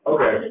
Okay